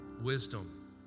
wisdom